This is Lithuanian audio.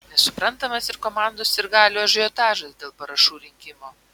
nesuprantamas ir komandos sirgalių ažiotažas dėl parašų rinkimo